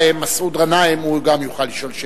מסעוד גנאים, גם הוא יוכל לשאול שאלות.